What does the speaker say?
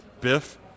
biff